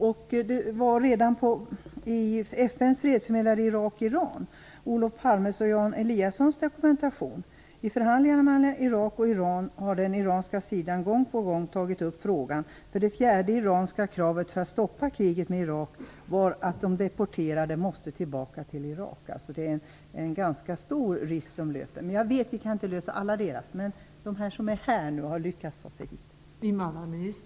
Redan i dokumentationen från FN:s fredsförmedlare i kriget mellan Irak och Iran Olof Palme och Jan Eliasson tas frågan upp: I förhandlingarna mellan Irak och Iran har den iranska sidan gång på gång tagit upp frågan. Det fjärde iranska kravet för att stoppa kriget med Irak var att de deporterade måste tillbaka till Irak. Det är alltså en ganska stor risk de löper. Men jag vet att vi inte kan lösa problemen för alla, men kanske för dem som ändå har lyckats ta sig hit.